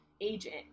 agent